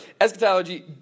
eschatology